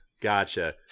Gotcha